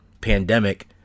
pandemic